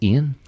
Ian